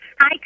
Hi